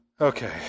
Okay